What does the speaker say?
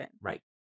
Right